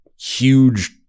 huge